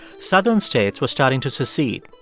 southern states were starting to secede.